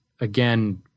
again